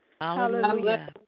Hallelujah